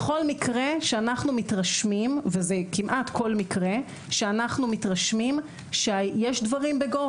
בכל מקרה שאנחנו מתרשמים וזה כמעט כל מקרה שיש דברים בגו,